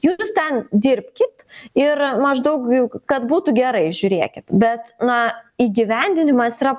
jūs ten dirbkit ir maždaug kad būtų gerai žiūrėkit bet na įgyvendinimas yra